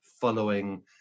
following